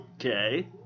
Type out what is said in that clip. Okay